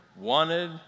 wanted